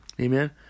Amen